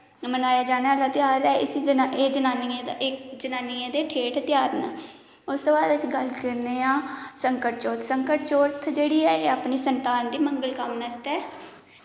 मनाया जाने आह्ला ध्यार ऐ इसी एह् जनानियें दा जनानियें दे ठेठ ध्यार न उसदे बाद अस गल्ल करने आं संकट चौथ संकट चौथ जेह्ड़ी ऐ एह् अपनी संतान दी मंगल कामना आस्तै